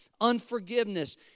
unforgiveness